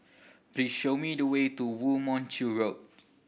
please show me the way to Woo Mon Chew Road